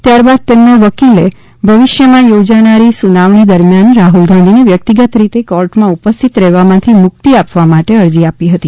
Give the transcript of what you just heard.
ત્યારબાદ તેમના વકીલે ભવિષ્યમાં યોજાનારી સુનાવણી દરમિયાન રાહુલ ગાંધીને વ્યક્તિગત રીતે કોર્ટમાં ઉપસ્થિત રહેવામાંથી મુક્તિ આપવા માટે અરજી આપી હતી